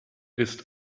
ist